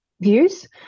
views